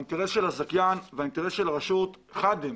האינטרס של הזכיין והאינטרס של הרשות חד הם.